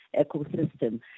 ecosystem